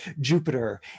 Jupiter